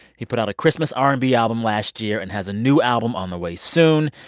he put out a christmas r and b album last year and has a new album on the way soon.